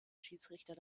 schiedsrichter